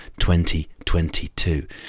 2022